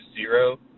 zero